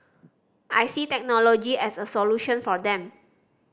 I see technology as a solution for them